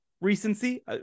recency